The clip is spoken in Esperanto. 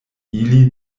ili